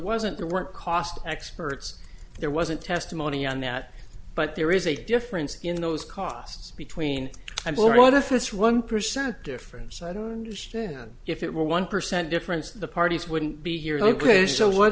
wasn't there weren't cost experts there wasn't testimony on that but there is a difference in those costs between i'm sure if it's one percent difference i don't understand if it were one percent difference the parties wouldn't be here illegally so what